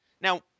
Now